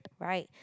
right